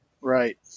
Right